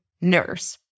nurse